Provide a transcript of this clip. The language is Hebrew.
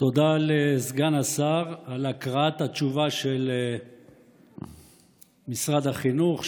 תודה לסגן השר על הקראת התשובה של משרד החינוך,